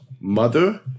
mother